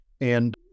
And-